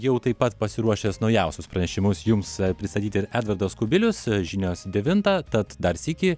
jau taip pat pasiruošęs naujausius pranešimus jums pristatyti ir edvardas kubilius žinios devintą tad dar sykį